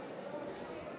מסדר-היום,